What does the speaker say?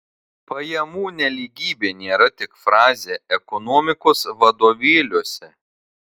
pajamų nelygybė nėra tik frazė ekonomikos vadovėliuose